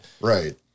Right